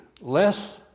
less